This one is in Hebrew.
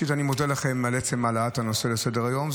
אני מודה לכם על עצם העלאת הנושא לסדר-היום,